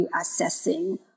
assessing